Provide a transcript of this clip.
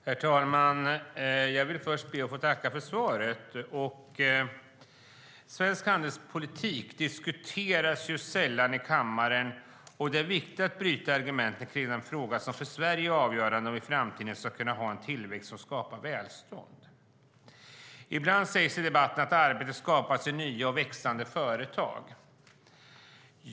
Herr talman! Jag vill först be att få tacka för svaret. Svensk handelspolitik diskuteras sällan i kammaren. Det är viktigt att bryta argumenten kring den fråga som för Sverige är avgörande när det gäller om vi i framtiden ska kunna ha en tillväxt som skapar välstånd. Ibland sägs det i debatten att arbeten skapas i nya och växande företag.